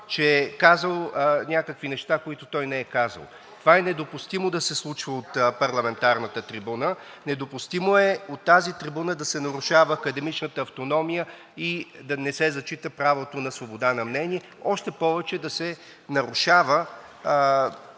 Казал ги е. Недей да лъжеш! АТАНАС СЛАВОВ: Това е недопустимо да се случва от парламентарната трибуна, недопустимо е от тази трибуна да се нарушава академичната автономия и да не се зачита правото на свобода на мнение, още повече да се нарушава